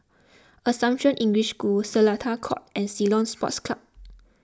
Assumption English School Seletar Court and Ceylon Sports Club